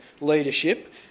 leadership